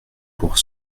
pour